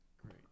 great